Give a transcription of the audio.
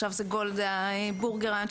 ׳בורגראנץ׳,